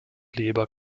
kleber